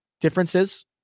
differences